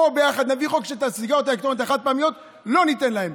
בואו ביחד נביא חוק שאת הסיגריות האלקטרוניות החד-פעמיות לא ניתן להם,